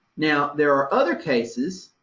now there are other cases